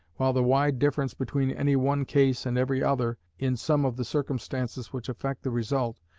while the wide difference between any one case and every other in some of the circumstances which affect the result,